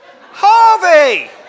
Harvey